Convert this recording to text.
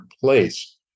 place